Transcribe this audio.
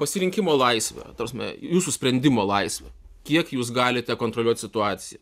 pasirinkimo laisvė ta prasme jūsų sprendimo laisvė kiek jūs galite kontroliuot situaciją